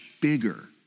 bigger